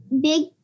big